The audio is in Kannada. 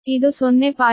ಆದ್ದರಿಂದ ಇದು 0